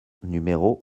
numéro